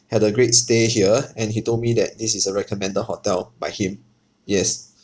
had a great stay here and he told me that this is a recommended hotel by him yes